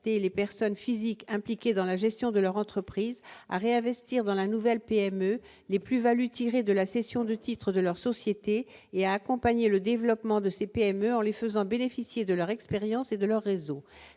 les personnes physiques impliquées dans la gestion de leur entreprise à réinvestir dans la nouvelle PME les plus-values tirées de la cession de titres de leur société et accompagner le développement de ces PME en les faisant bénéficier de leur expérience et de leur réseau,